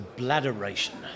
bladderation